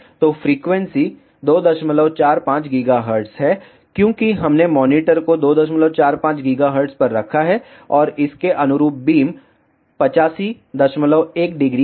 तो frequency 245 GHz है क्योंकि हमने मॉनिटर को 245 GHz पर रखा है और इसके अनुरूप बीम 851 डिग्री है